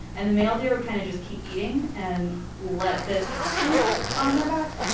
and the male deer would kind of just keep eating and let this happen on their backs.